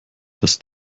das